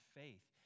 faith